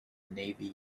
navy